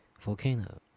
Volcano